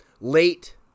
late